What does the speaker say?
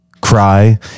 cry